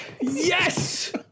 Yes